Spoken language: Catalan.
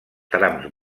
trams